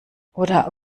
oder